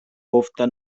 ofta